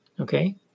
okay